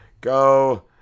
Go